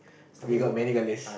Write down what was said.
we got many got less